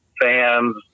fans